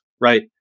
right